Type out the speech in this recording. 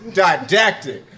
didactic